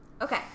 Okay